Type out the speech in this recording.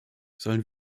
sollen